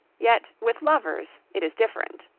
yet with lovers it is different.